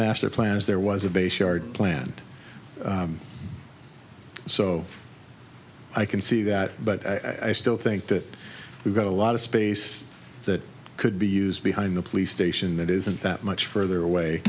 master plan if there was a base yard plant so i can see that but i still think that we've got a lot of space that could be used behind the police station that isn't that much further away